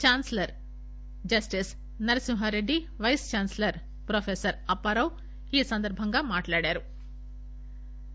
chancellor justice Narasimha Reddy vice chancellor professor Apparao ఈ సందర్బంగా మాట్లాడారు